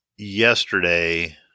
yesterday